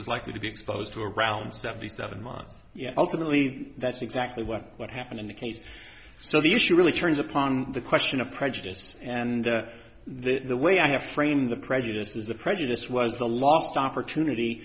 was likely to be exposed to around seventy seven months yeah ultimately that's exactly what what happened in the case so the issue really turns upon the question of prejudice and the way i have framed the prejudice is the prejudice was the last opportunity